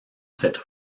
cette